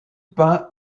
peint